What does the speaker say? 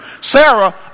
Sarah